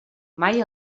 mai